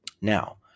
Now